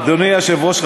אדוני היושב-ראש,